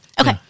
Okay